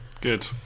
Good